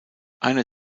einer